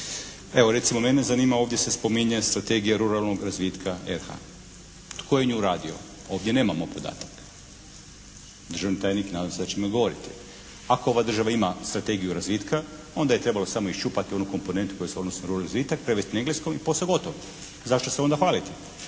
Evo recimo mene zanima ovdje se spominje strategija ruralnog razvitka RH. Tko je nju radio? Ovdje nemamo podataka. Državni tajnik nadam se da će mi odgovoriti. Ako ova država ima strategiju razvitka onda je trebalo samo iščupati onu komponentu koja se odnosi na ruralni razvitak, prevesti na engleski i posao je gotov. Zašto se onda hvaliti?